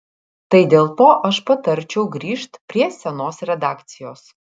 tai dėl to aš patarčiau grįžt prie senos redakcijos